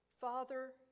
father